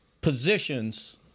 positions